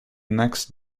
next